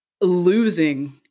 losing